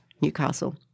Newcastle